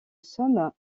somme